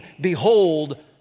behold